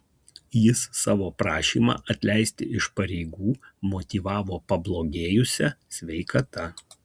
jis savo prašymą atleisti iš pareigų motyvavo pablogėjusia sveikata